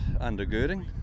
undergirding